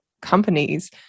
companies